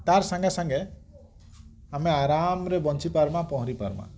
ତାର ସାଙ୍ଗେ ସାଙ୍ଗେ ଆମେ ଆରାମରେ ବଞ୍ଚି ପାରମା ପହଁରି ପାରମା